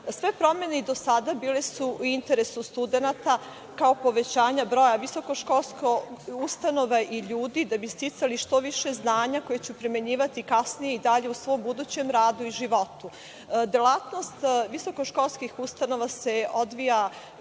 nas. Sve promene do sada bile su u interesu studenata, kao povećanja broja visokoškolskih ustanova i ljudi, da bi sticali što više znanja koje će primenjivati kasnije i dalje u svom budućem radu i životu. Delatnost visokoškolskih ustanova se odvija